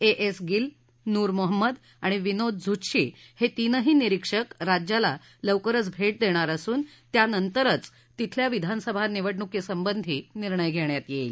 ए S Gill Noor Mohammad आणि विनोद झुत्शी हे तीनही निरीक्षक राज्याला लवकरच भेट देणार असून त्यानंतरच तिथल्या विधानसभा निवडणुकीसंबंधी निर्णय घेण्यात येईल